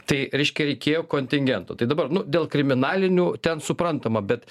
tai reiškia reikėjo kontingento tai dabar nu dėl kriminalinių ten suprantama bet